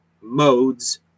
modes